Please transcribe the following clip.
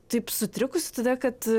taip sutrikusi todėl kad